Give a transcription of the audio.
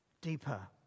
deeper